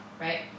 right